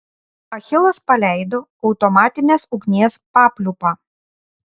achilas paleido automatinės ugnies papliūpą